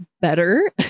better